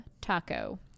taco